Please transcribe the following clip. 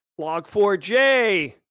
Log4J